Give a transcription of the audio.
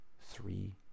three